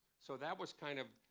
so that was kind of